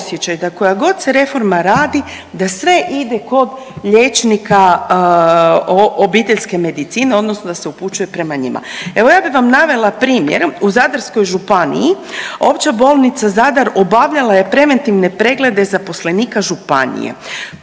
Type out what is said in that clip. da koja god se reforma radi da sve ide kod liječnika obiteljske medicine odnosno da se upućuje prema njima. Evo ja bi vam navela primjer, u Zadarskoj županiji Opća bolnica Zadar obavljala je preventivne preglede zaposlenika županije.